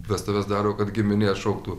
vestuves daro kad giminė atšoktų